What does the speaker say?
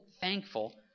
thankful